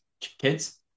kids